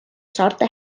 saarte